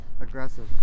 Aggressive